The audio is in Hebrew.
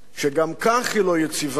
שגם כך אינה יציבה,